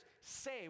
say